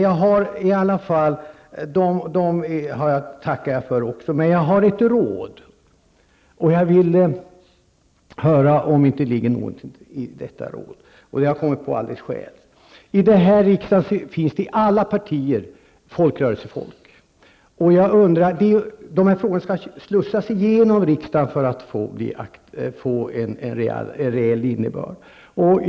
Jag har i alla fall ett råd, och jag vill höra om det inte ligger någonting i detta råd, som jag har kommit på alldeles själv. I denna riksdag finns i alla partier folkrörelsefolk. Frågor måste slussas igenom riksdagen för att de skall få en reell innebörd.